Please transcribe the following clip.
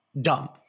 dumb